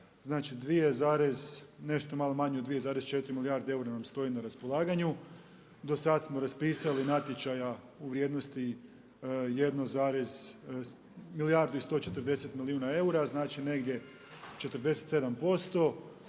od 2,4 milijarde eura nam stoji na raspolaganju. Do sad smo raspisali natječaja u vrijednosti milijardu i 140 milijuna eura, znači negdje 47%,